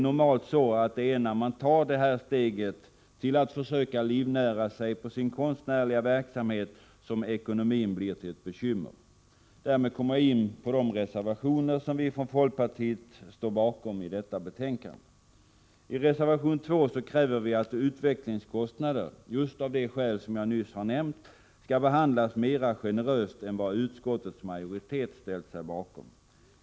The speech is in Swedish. Normalt är det när man tar steget till att försöka livnära sig på sin konstnärliga verksamhet som ekonomin blir till ett bekymmer. Därmed kommer jag in på de reservationer som vi från folkpartiet står bakom i detta betänkande. I reservation 2 kräver vi att utvecklingskostnader, just av de skäl som jag nyss har nämnt, skall behandlas mera generöst än enligt det förslag som utskottets majoritet ställt sig bakom.